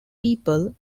people